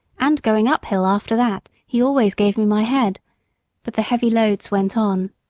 and going uphill after that, he always gave me my head but the heavy loads went on.